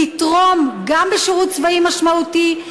לתרום גם בשירות צבאי משמעותי,